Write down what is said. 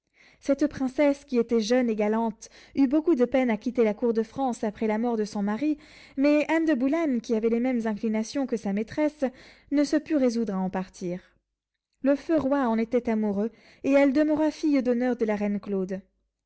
cette princesse qui était jeune et galante eut beaucoup de peine à quitter la cour de france après la mort de son mari mais anne de boulen qui avait les mêmes inclinations que sa maîtresse ne se put résoudre à en partir le feu roi en était amoureux et elle demeura fille d'honneur de la reine claude